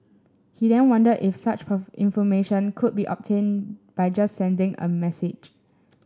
he then wondered if such information could be obtained by just sending a message